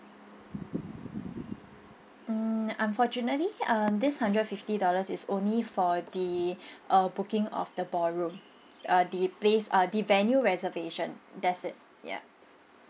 mm unfortunately uh this hundred fifty dollars is only for the uh booking of the ballroom uh the place uh the venue reservation that's it ya